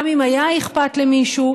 גם אם היה אכפת למישהו,